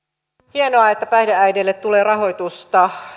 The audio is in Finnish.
hienoa että päihdeäideille tulee rahoitusta